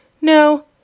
No